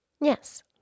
Yes